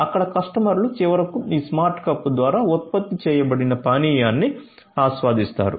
అక్కడి కస్టమర్లు చివరకు ఈ స్మార్ట్ కప్ ద్వారా ఉత్పత్తి చేయబడిన పానీయాన్ని ఆస్వాదిస్తారు